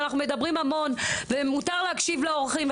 אנחנו מדברים המון ומותר להקשיב לאורחים,